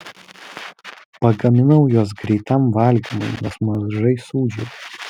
pagaminau juos greitam valgymui nes mažai sūdžiau